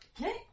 Okay